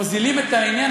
מוזילים את העניין,